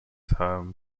home